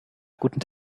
guten